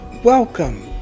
Welcome